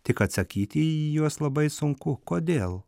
tik atsakyti į juos labai sunku kodėl